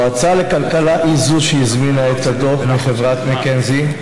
המועצה לכלכלה היא שהזמינה את הדוח מחברת מקינזי,